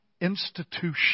institution